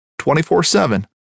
24-7